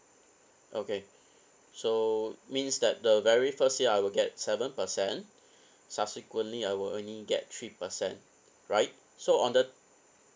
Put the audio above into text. okay so means that the very first year I will get seven percent subsequently I will only get three percent right so on the